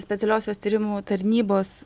specialiosios tyrimų tarnybos